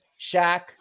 Shaq